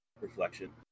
reflection